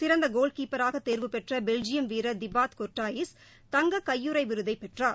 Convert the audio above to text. சிறந்த கோல் கீப்பராக தோ்வு பெற்ற பெல்ஜியம் வீரர் திபாத் கொர்ட்டாயிஸ் தங்கக் கையுறை விருதை பெற்றார்